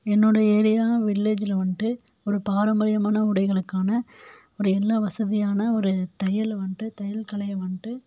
என்னோட ஏரியா வில்லேஜில் வந்துட்டு ஒரு பாரம்பரியமான உடைகளுக்கான ஒரு எல்லா வசதியான ஒரு தையல் வந்துட்டு தையல் கலையை வந்துட்டு